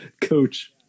coach